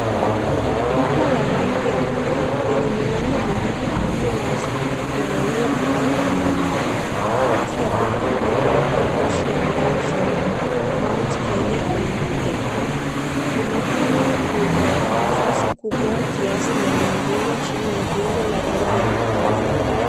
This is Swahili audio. Duka la rangi ya buluu lenye milango miwili iliyo wazi linauza bidhaa mbalimbali, juu ya duka hilo kuna maandishi yanayosema Mount Kenya Milk Depot, kuna hilo lina nafasi kubwa kiasi na limejengwa chini ya jengo la rangi ya kahawia.